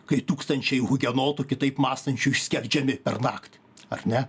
kai tūkstančiai hugenotų kitaip mąstančių išskerdžiami pernakt ar ne